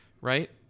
right